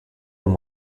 him